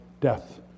death